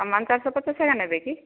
ସମାନ ଚାରିଶପ ପଚାଶ ଏକା ନେବେକି